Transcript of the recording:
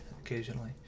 occasionally